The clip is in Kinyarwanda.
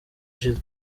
ishize